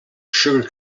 sugar